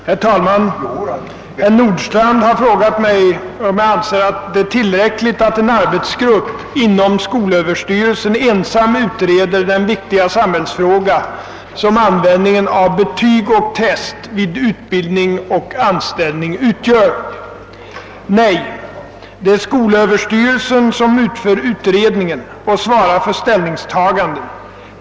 Herr talman! Herr Nordstrandh har frågat mig om jag anser att det är tillräckligt att en arbetsgrupp inom skol överstyrelsen ensam utreder den viktiga samhällsfråga som användningen av betyg och test vid utbildning och anställning utgör. Nej. Det är skolöverstyrelsen som utför utredningen och svarar för ställningstaganden.